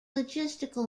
logistical